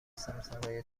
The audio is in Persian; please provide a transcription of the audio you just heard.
سرسرای